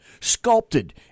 sculpted